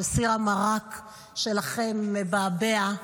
שסיר המרק שלכם מבעבע,